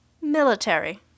Military